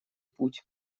путь